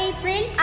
April